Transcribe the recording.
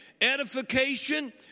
edification